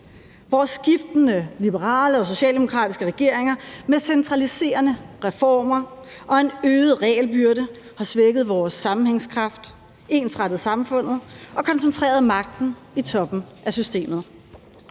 hvor skiftende liberale og socialdemokratiske regeringer med centraliserende reformer og en øget regelbyrde har svækket vores sammenhængskraft, ensrettet samfundet og koncentreret magten i toppen af systemet,